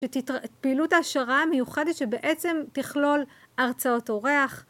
פעילות העשרה מיוחדת שבעצם תכלול הרצאות אורח